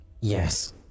Yes